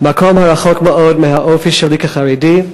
מקום הרחוק מאוד מהאופי שלי כחרדי,